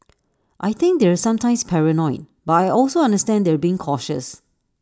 I think they're sometimes paranoid but I also understand they're being cautious